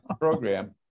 program